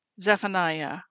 Zephaniah